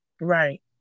Right